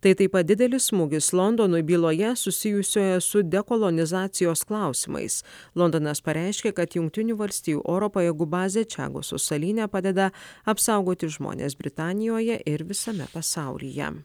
tai taip pat didelis smūgis londonui byloje susijusioje su dekolonizacijos klausimais londonas pareiškė kad jungtinių valstijų oro pajėgų bazė čiagoso salyne padeda apsaugoti žmones britanijoje ir visame pasaulyje